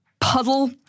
puddle